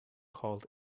called